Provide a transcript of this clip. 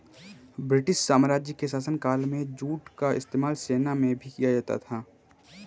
British साम्राज्य के शासनकाल में जूट का इस्तेमाल सेना में भी किया जाता था